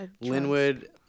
Linwood